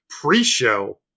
pre-show